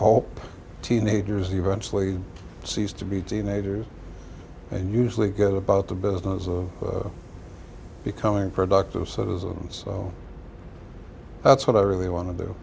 hope teenagers eventually cease to be teenagers and usually get about the business of becoming productive citizens that's what i really want to do